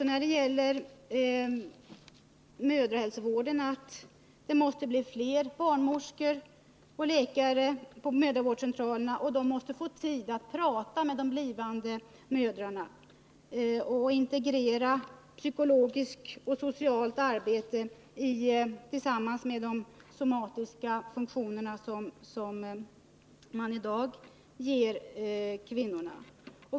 När det gäller mödrahälsovården menar vi att det måste bli flera barnmorskor och läkare på mödravårdscentralerna, och de måste få tid att tala med de blivande mödrarna och integrera psykologiskt och socialt arbete med den somatiska vård som de i dag ger kvinnorna.